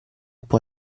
può